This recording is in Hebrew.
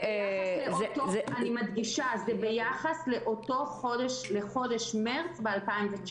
אני מדגישה, זה ביחס לאותו חודש, לחודש מרץ 2019